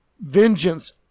vengeance